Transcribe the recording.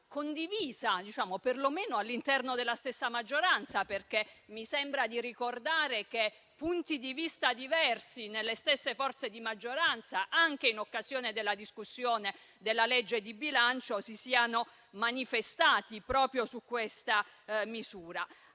condivisa perlomeno all'interno della stessa maggioranza. Mi sembra infatti di ricordare che punti di vista diversi nelle stesse forze di maggioranza, anche in occasione della discussione della legge di bilancio, si siano manifestati proprio su questa misura.